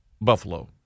Buffalo